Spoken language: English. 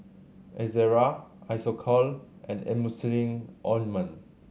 Ezerra Isocal and Emulsying Ointment